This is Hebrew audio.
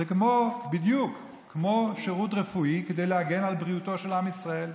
זה בדיוק כמו שירות רפואי כדי להגן על בריאותו של עם ישראל.